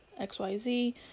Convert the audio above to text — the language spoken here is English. XYZ